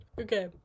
Okay